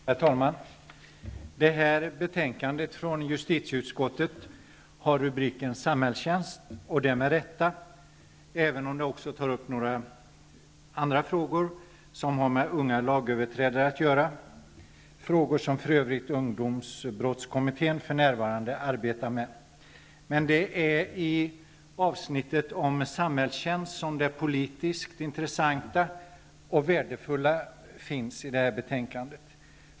Herr talman! Det här betänkandet från justitieutskottet har rubriken Samhällstjänst -- och det med rätta -- även om utskottet i betänkandet också behandlar en del andra frågor som har med unga lagöverträdare att göra. Det är frågor som för övrigt ungdomsbrottskommittén för närvarande arbetar med. Det är i avsnittet Samhällstjänst som de politiskt intressanta och värdefulla frågorna behandlas i betänkandet.